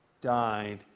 died